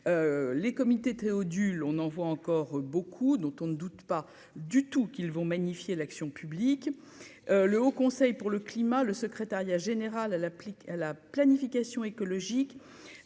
les comités Théodule, on en voit encore beaucoup, dont on ne doute pas du tout qu'ils vont magnifier l'action publique, le Haut Conseil pour le climat, le secrétariat général à l'applique à la planification écologique